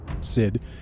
Sid